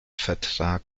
vertrag